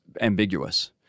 ambiguous